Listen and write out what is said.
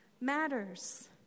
matters